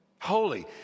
holy